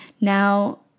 Now